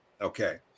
okay